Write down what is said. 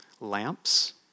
lamps